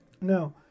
Now